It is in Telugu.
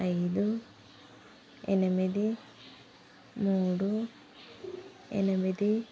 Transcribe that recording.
ఐదు ఎనిమిది మూడు ఎనిమిది